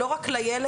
לא רק לילד,